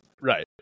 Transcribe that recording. Right